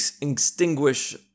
extinguish